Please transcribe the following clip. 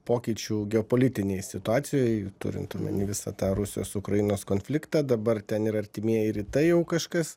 pokyčių geopolitinėj situacijoj turint omeny visą tą rusijos ukrainos konfliktą dabar ten ir artimieji rytai jau kažkas